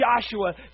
Joshua